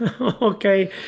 okay